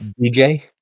DJ